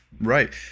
right